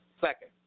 second